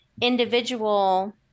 individual